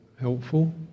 helpful